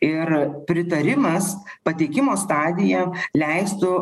ir pritarimas pateikimo stadija leistų